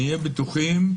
בטוחים,